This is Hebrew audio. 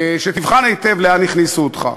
שתבחן היטב לאן הכניסו אותך,